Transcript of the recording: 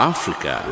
Africa